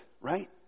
Right